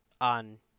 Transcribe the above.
on